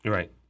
Right